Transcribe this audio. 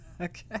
okay